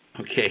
Okay